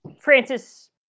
Francis